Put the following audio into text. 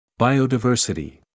Biodiversity